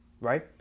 right